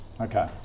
Okay